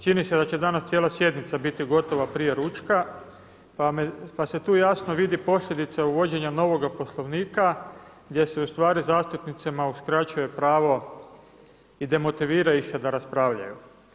Čini se da će danas cijela sjednica biti gotova prije ručka pa se tu jasno vidi posljedica uvođenja novoga Poslovnika gdje se ustvari zastupnicima uskraćuje pravo i demotivira ih se da raspravljaju.